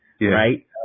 right